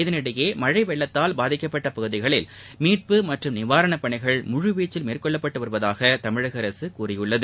இதற்கிடையே மழை வெள்ளத்தால் பாதிக்கப்பட்ட பகுதிகளில் மீட்பு மற்றும் நிவாரணப் பணிகள் முழுவீச்சில் மேற்கொள்ளப்பட்டு வருவதாக தமிழக அரசு கூறியுள்ளது